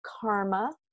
karma